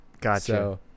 Gotcha